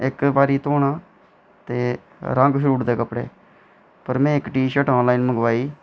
इक बारी धोना ते रंग छोड़ी जंदे कपड़े पर में इक टी शर्ट ऑनलाइन मंगोआई